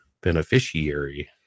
Beneficiary